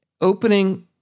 opening